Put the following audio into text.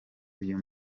uyu